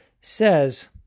says